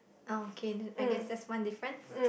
oh okay I guess that's one difference